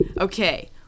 okay